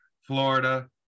Florida